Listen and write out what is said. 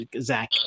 Zach